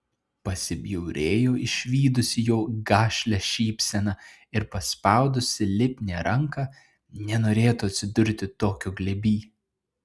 pasibjaurėjo išvydusi jo gašlią šypseną ir paspaudusi lipnią ranką nenorėtų atsidurti tokio glėby